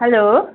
hello